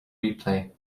replay